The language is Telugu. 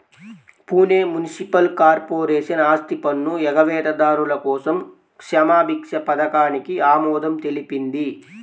పూణె మునిసిపల్ కార్పొరేషన్ ఆస్తిపన్ను ఎగవేతదారుల కోసం క్షమాభిక్ష పథకానికి ఆమోదం తెలిపింది